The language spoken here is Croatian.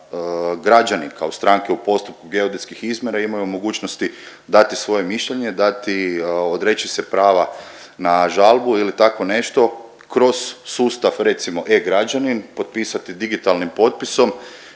građanin kao stranke u postupku geodetskih izmjera imaju mogućnosti dati svoje mišljenje, dati, odreći se prava na žalbu ili tako nešto kroz sustav recimo e-građanin, potpisati digitalnim potpisom